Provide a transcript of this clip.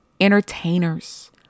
entertainers